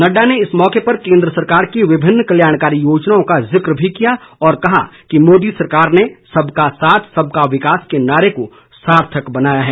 नड्डा ने इस मौके पर केन्द्र सरकार की विभिन्न कल्याणकारी योजनाओं का जिक भी किया और कहा कि मोदी सरकार ने सबका साथ सबका विकास के नारे को सार्थक बनाया है